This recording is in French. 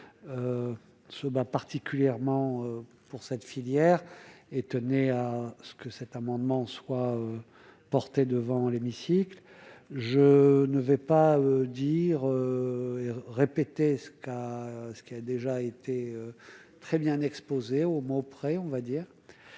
se bat, particulièrement pour cette filière et tenait à ce que cet amendement soit porté devant l'hémicycle, je ne vais pas dire et répéter ce qu'à ce qui a déjà été très bien exposé au mot près, on va dire